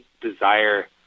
desire